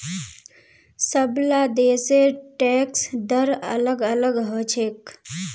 सबला देशेर टैक्स दर अलग अलग ह छेक